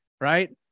right